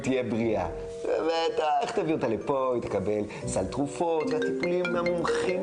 אז אני מתפלאת באמת שלא הייתה תגובה לסרטון המצחיק הזה,